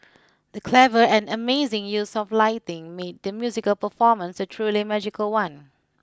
the clever and amazing use of lighting made the musical performance a truly magical one